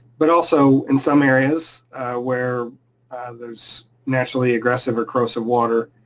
but also in some areas where there's naturally aggressive or corrosive water,